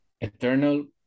eternal